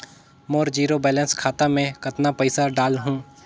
मोर zero balance खाता मे कतना पइसा डाल हूं?